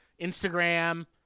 Instagram